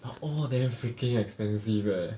are all damn freaking expensive eh